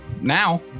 now